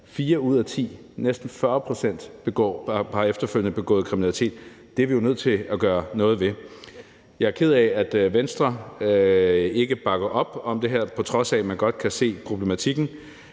ud af ti – har efterfølgende begået kriminalitet, og det er vi jo nødt til at gøre noget ved. Jeg er ked af, at Venstre ikke bakker op om det her, på trods af at man godt kan se problematikken,